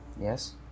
Yes